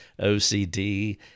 OCD